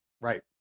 Right